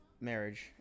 marriage